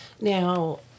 Now